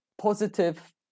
positive